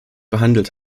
behandelt